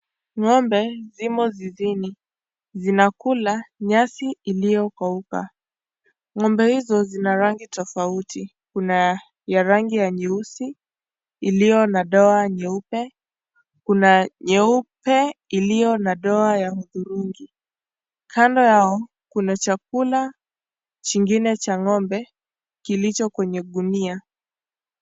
Ng'ombe zimo zizini. Zinakula nyasi iliyokauka.Ng'ombe hizo zina rangi tofauti. Kuna ya rangi nyeusi iliyo na doa nyeupe. Kuna nyeupe iliyo na doa ya udhurungi. Kando yao kuna chakula chingine cha ng'ombe kilicho kwenye gunia.